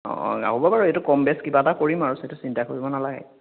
অ' হ'ব বাৰু এইটো কম বেছ কিবা এটা কৰিম আৰু সেইটো চিন্তা কৰিব নালাগে